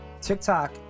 TikTok